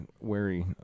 wary